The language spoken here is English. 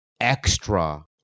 extra